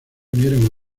unieron